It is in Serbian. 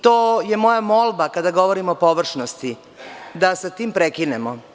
To je moja molba kada govorimo o površnosti, da sa tim prekinemo.